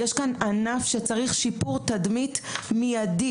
יש כאן ענף שצריך שיפור תדמית מיידי.